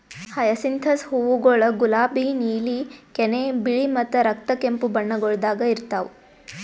hyacinthus ಹೂವುಗೊಳ್ ಗುಲಾಬಿ, ನೀಲಿ, ಕೆನೆ, ಬಿಳಿ ಮತ್ತ ರಕ್ತ ಕೆಂಪು ಬಣ್ಣಗೊಳ್ದಾಗ್ ಇರ್ತಾವ್